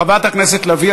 חברת הכנסת לביא,